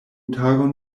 tagon